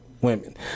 women